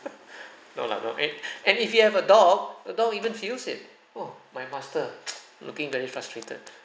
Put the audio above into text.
no lah not eh and if you have a dog the dog even feels it oh my master looking very frustrated